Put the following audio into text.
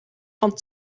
van